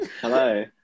Hello